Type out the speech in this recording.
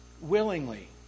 willingly